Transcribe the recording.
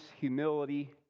humility